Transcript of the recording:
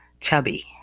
chubby